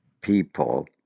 people